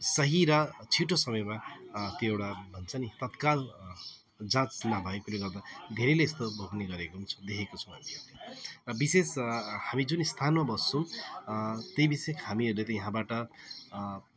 सही र छिटो समयमा त्यो एउटा भन्छ नि तत्काल जाँच नभएकोले गर्दा धेरैले यस्तो भोग्ने गरेको छ देखेको छौँ हामीहरूले र विशेष हामी जुन स्थानमा बस्छौँ त्यो विसेक हामीहरूले त यहाँबाट